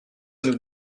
nous